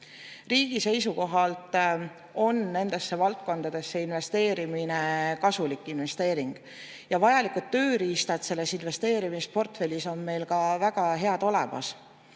Riigi seisukohalt on nendesse valdkondadesse investeerimine kasulik investeering. Ja vajalikud tööriistad selles investeerimisportfellis on meil ka väga head olemas.